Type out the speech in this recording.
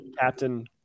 captain